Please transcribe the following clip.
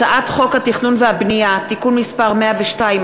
הצעת חוק התכנון והבנייה (תיקון מס' 102),